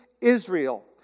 Israel